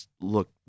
look